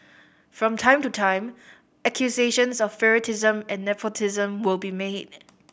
from time to time accusations of favouritism and nepotism will be made